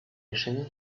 лишены